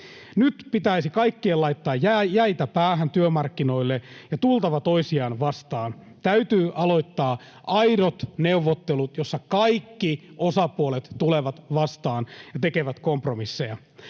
Nyt pitäisi kaikkien laittaa jäitä päähän työmarkkinoille ja tulla toisiaan vastaan. Täytyy aloittaa aidot neuvottelut, joissa kaikki osapuolet tulevat vastaan ja tekevät kompromisseja.